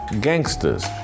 gangsters